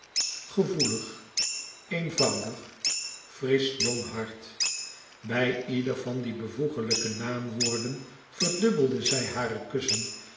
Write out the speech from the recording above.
gevoelig eenvoudig frisch jong hart bij ieder van die bijvoeglijke naamwoorden verdubbelde zij hare kussen